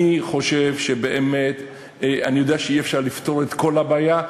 אני יודע שאי-אפשר לפתור את כל הבעיה,